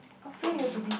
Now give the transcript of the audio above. okay